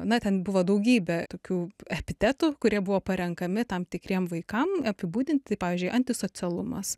na ten buvo daugybė tokių epitetų kurie buvo parenkami tam tikriem vaikam apibūdinti pavyzdžiui antisocialumas